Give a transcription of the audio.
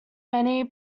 many